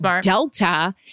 Delta